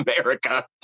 America